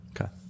Okay